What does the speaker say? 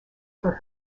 for